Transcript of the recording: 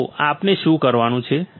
તો આપણે શું કરવાનું છે